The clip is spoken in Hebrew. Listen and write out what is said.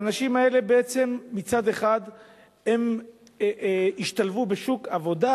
האנשים האלה בעצם מצד אחד השתלבו בשוק העבודה,